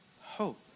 hope